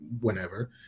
whenever